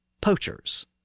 poachers